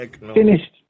finished